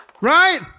Right